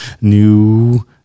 new